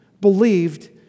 believed